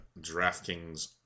DraftKings